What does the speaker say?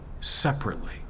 separately